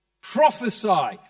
Prophesy